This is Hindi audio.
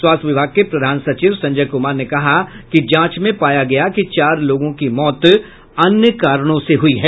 स्वास्थ्य विभाग के प्रधान सचिव संजय कुमार ने कहा कि जांच में पाया गया कि चार लोगों की मौत अन्य कारणों से हुई है